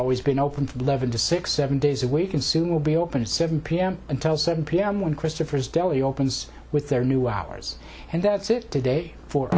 always been open for love and a six seven days a week and soon will be open at seven pm until seven pm when christopher's deli opens with their new hours and that's it today for